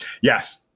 yes